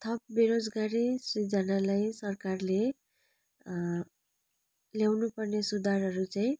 थप बेरोजगारी सृजनालाई सरकारले ल्याउनु पर्ने सुधारहरू चाहिँ